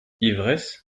ivresse